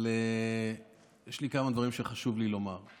אבל יש לי כמה דברים שחשוב לי לומר.